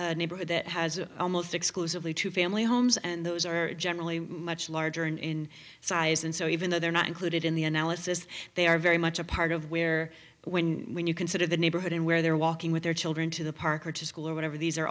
a neighborhood that has almost exclusively two family homes and those are generally much larger in size and so even though they're not included in the analysis they are very much a part of where when you consider the neighborhood and where they're walking with their children to the park or to school or whatever these are